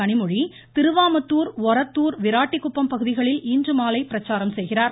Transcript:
கனிமொழி திருவாமத்தூர் ஒரத்தூர் விராட்டிக்குப்பம் பகுதிகளில் இன்றுமாலை பிரச்சாரம் செய்கிறார்